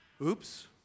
Oops